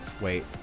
wait